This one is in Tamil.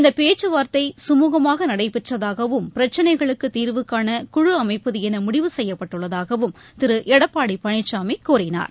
இந்த பேச்சுவார்த்தை சுமுகமாக நடைபெற்றதாகவும் பிரச்சினைகளுக்கு தீர்வு கான குழு அமைப்பது என முடிவு செய்யப்பட்டுள்ளதாகவும் திரு எடப்பாடி பழனிசாமி கூறினார்